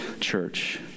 Church